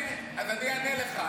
אז אני אענה לך,